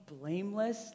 blameless